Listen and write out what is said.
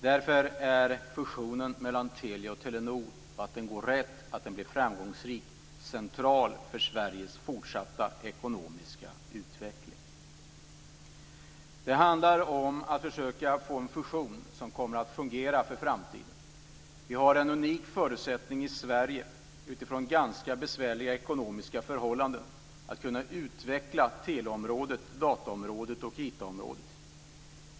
Därför är fusionen mellan Telia och Telenor, att den går rätt och att den blir framgångsrik, central för Det handlar om att försöka få en fusion som kommer att fungera för framtiden. Vi har en unik förutsättning i Sverige utifrån ganska besvärliga ekonomiska förhållanden att kunna utveckla teleområdet, dataområdet och IT-området.